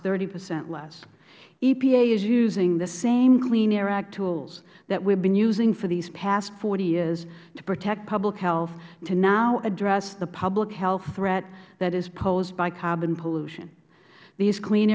thirty percent less epa is using the same clean air act tools that we have been using for these past forty years to protect public health to now address the public health threat that is posed by carbon pollution these clean